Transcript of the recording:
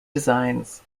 designs